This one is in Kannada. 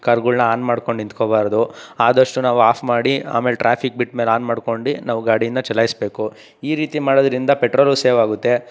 ಕಾರ್ಗಳನ್ನ ಆನ್ ಮಾಡಿಕೊಂಡು ನಿಂತ್ಕೊಬಾರ್ದು ಆದಷ್ಟು ನಾವು ಆಫ್ ಮಾಡಿ ಆಮೇಲೆ ಟ್ರಾಫಿಕ್ ಬಿಟ್ಟ ಮೇಲೆ ಆನ್ ಮಾಡಿಕೊಂಡು ನಾವು ಗಾಡೀಯನ್ನ ಚಲಾಯಿಸಬೇಕು ಈ ರೀತಿ ಮಾಡೋದ್ರಿಂದ ಪೆಟ್ರೋಲೂ ಸೇವ್ ಆಗುತ್ತೆ